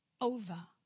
over